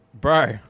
Bro